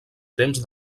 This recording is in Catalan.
temps